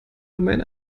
domain